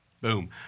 Boom